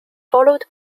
followed